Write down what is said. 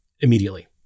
immediately